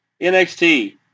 NXT